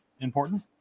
important